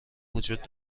وجود